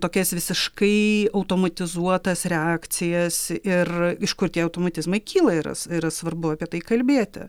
tokias visiškai automatizuotas reakcijas ir iš kur tie automatizmai kyla yra yra svarbu apie tai kalbėti